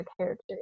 character